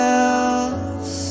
else